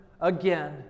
again